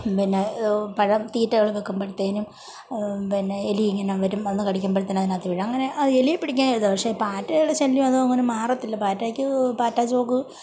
പിന്നെ പഴം തീറ്റകൾ വെക്കുമ്പോഴത്തേക്കും പിന്നെ എലി ഇങ്ങനെ വരും വന്നു കടിക്കുമ്പോഴത്തേക്ക് അതിനകത്ത് വീഴും അങ്ങനെ എലിയെ പിടിക്കാൻ ഇതാ പക്ഷെ പാറ്റകളുടെ ശല്യം അതങ്ങനെ മാറത്തില്ല പാറ്റയ്ക്ക് പാറ്റ ചോക്ക്